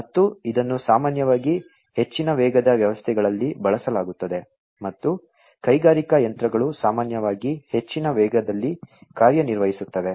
ಮತ್ತು ಇದನ್ನು ಸಾಮಾನ್ಯವಾಗಿ ಹೆಚ್ಚಿನ ವೇಗದ ವ್ಯವಸ್ಥೆಗಳಲ್ಲಿ ಬಳಸಲಾಗುತ್ತದೆ ಮತ್ತು ಕೈಗಾರಿಕಾ ಯಂತ್ರಗಳು ಸಾಮಾನ್ಯವಾಗಿ ಹೆಚ್ಚಿನ ವೇಗದಲ್ಲಿ ಕಾರ್ಯನಿರ್ವಹಿಸುತ್ತವೆ